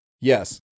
Yes